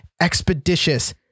expeditious